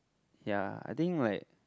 ya I think like